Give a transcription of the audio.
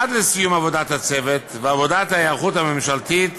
עד לסיום עבודת הצוות ועבודת ההיערכות הממשלתית,